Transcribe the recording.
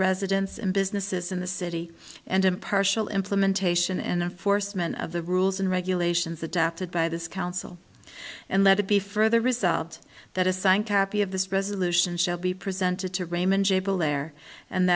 residents and businesses in the city and impartial implementation and enforcement of the rules and regulations adapted by this council and that it be further resolved that is happy of this resolution shall be presented to raymond j belair and